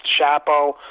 Chapo